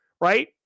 right